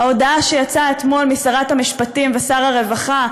ההודעה שיצאה אתמול משרת המשפטים ושר הרווחה,